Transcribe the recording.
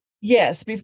yes